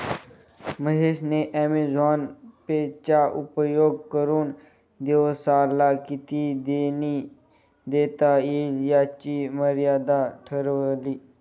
महेश ने Amazon Pay चा उपयोग करुन दिवसाला किती देणी देता येईल याची मर्यादा ठरवली